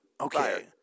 Okay